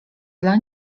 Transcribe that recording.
dla